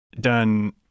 done